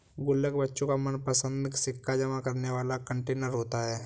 गुल्लक बच्चों का मनपंसद सिक्का जमा करने वाला कंटेनर होता है